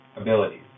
abilities